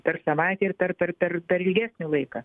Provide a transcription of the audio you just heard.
per savaitę ir per per per per ilgesnį laiką